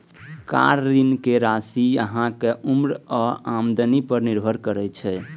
car ऋण के राशि अहांक उम्र आ आमदनी पर निर्भर करै छै